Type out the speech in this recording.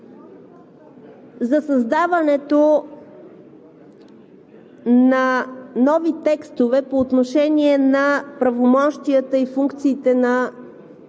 за създаването на нови текстове по отношение на правомощията и функциите на двете